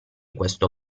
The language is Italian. questo